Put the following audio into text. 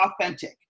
authentic